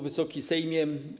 Wysoki Sejmie!